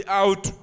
out